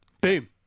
Boom